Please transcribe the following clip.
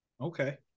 Okay